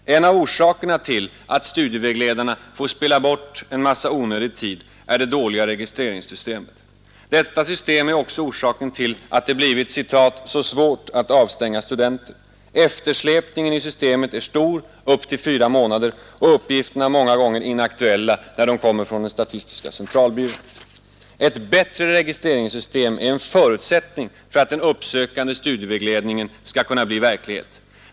En av orsakerna till att studievägledarna får spilla bort en massa onödig tid är det dåliga registreringssystemet. Detta system är också orsaken till att det blivit ”så svårt” att avstänga studenter. Eftersläpningen i systemet är stor — upp till fyra månader — och uppgifterna många gånger inaktuella när de kommer från statistiska centralbyrån. Ett bättre registreringssystem är en förutsättning för att den uppsökande studievägledningen skall kunna bli verklighet.